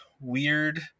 weird